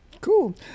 Cool